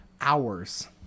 hours